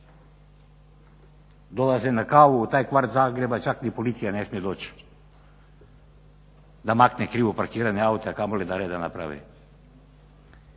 dolaze na kavu u taj kvart Zagreba, čak ni policija ne smije doći da makne krivo parkirane aute a kamoli da reda naprave